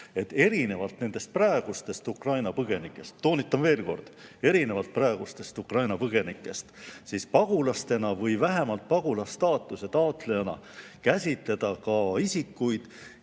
erinevalt nendest praegustest Ukraina põgenikest – toonitan veel kord: erinevalt praegustest Ukraina põgenikest – pagulastena või vähemalt pagulasstaatuse taotlejana käsitleda ka isikuid,